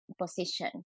position